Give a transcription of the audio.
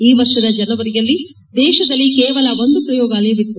ಈ ವರ್ಷದ ಜನವರಿಯಲ್ಲಿ ದೇತದಲ್ಲಿ ಕೇವಲ ಒಂದು ಪ್ರಯೋಗಾಲಯವಿತ್ತು